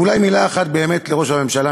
ואולי מילה אחת מכאן באמת לראש הממשלה,